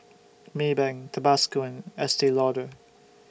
Maybank Tabasco and Estee Lauder